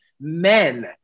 men